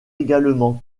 également